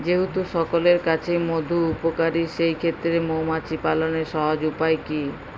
যেহেতু সকলের কাছেই মধু উপকারী সেই ক্ষেত্রে মৌমাছি পালনের সহজ উপায় কি?